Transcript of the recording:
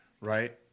right